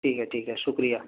ٹھیک ہے ٹھیک ہے شکریہ